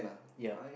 ya